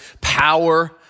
power